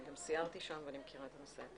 אני גם סיירתי שם ואני מכירה את הנושא.